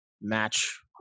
match